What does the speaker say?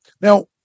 Now